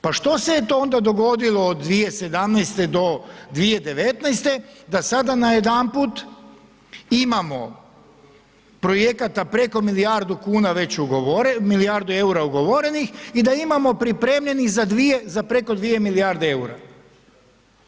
Pa što se je to onda dogodilo od 2017. do 2019. da sada najedanput imamo projekata preko milijardu kuna već, milijardu EUR-a ugovorenih i da imamo pripremljenih za 2, za preko 2 milijarde EUR-a.